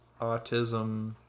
autism